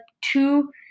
two